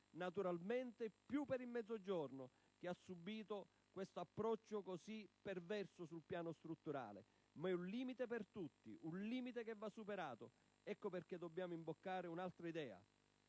Naturalmente lo è di più per il Mezzogiorno, che ha subito questo approccio così perverso sul piano strutturale, ma è un limite per tutti, che va superato. Ecco perché dobbiamo imboccare un'altra idea,